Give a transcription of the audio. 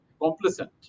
complacent